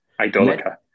Idolica